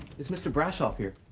is mr. brashov here?